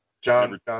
John